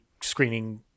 screening